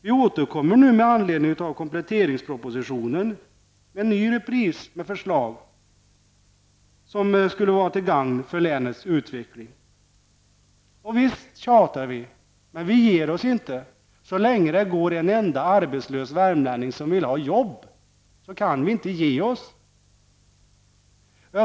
Vi återkommer nu med anledning av kompletteringspropositionen med en ny repris av förslag som skulle vara till gagn för länets utveckling. Visst tjatar vi, men vi ger oss inte. Så länge det går en enda arbetslös värmlänning som vill ha jobb kan vi inte ge oss.